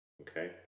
Okay